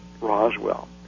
Roswell